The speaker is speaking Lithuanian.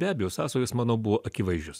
be abejo sąsajos manau buvo akivaizdžios